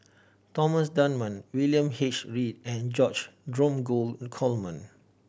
Thomas Dunman William H Read and George Dromgold Coleman